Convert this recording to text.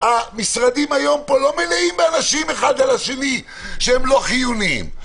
שהמשרדים פה לא מלאים באנשים אחד על השני שהם לא חיוניים.